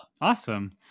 Awesome